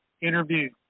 interview